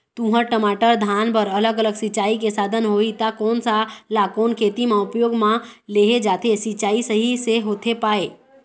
तुंहर, टमाटर, धान बर अलग अलग सिचाई के साधन होही ता कोन सा ला कोन खेती मा उपयोग मा लेहे जाथे, सिचाई सही से होथे पाए?